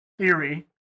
theory